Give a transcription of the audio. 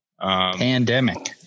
Pandemic